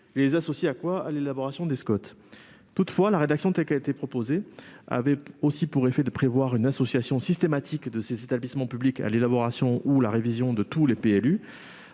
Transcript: et de gestion de l'eau, à l'élaboration des SCoT. Toutefois, la rédaction initialement proposée avait aussi pour effet de prévoir une association systématique de ces établissements publics à l'élaboration ou à la révision de tous les PLU.